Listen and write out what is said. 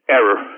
Error